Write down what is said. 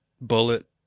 Bullet